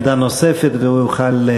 עמדה נוספת והוא יוכל,